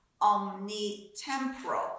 omni-temporal